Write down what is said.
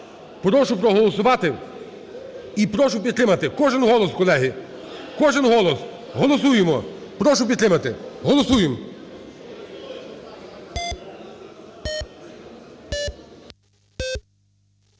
Прошу проголосувати і прошу підтримати. Кожен голос, колеги, кожен голос, голосуємо. Прошу підтримати, голосуємо.